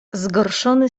zgorszony